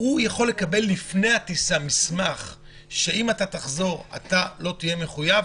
הוא יכול לקבל לפני הטיסה מסמך שאומר שאם הוא יחזור הוא לא יהיה מחויב?